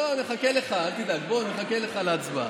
נחכה לך, אל תדאג, נחכה לך להצבעה.